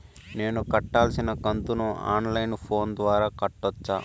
నేను కట్టాల్సిన కంతును ఆన్ లైను ఫోను ద్వారా కట్టొచ్చా?